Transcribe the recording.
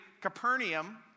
Capernaum